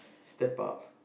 step up